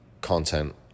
content